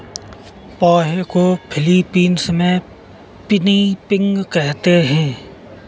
पोहे को फ़िलीपीन्स में पिनीपिग कहते हैं